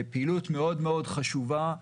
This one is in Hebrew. פעילות מאוד מאוד חשובה,